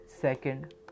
second